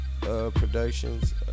Productions